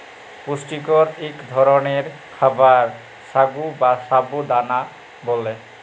পুষ্টিকর ইক ধরলের খাবার সাগু বা সাবু দালা ব্যালে